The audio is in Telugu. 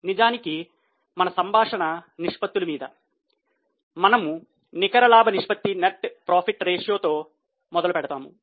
నిజానికి మన సంభాషణ నిష్పత్తుల మీద మనము నికర లాభ నిష్పత్తి తో మొదలు పెడదాము